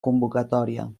convocatòria